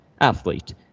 athlete